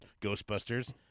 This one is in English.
Ghostbusters